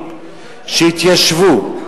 שהתיישבו,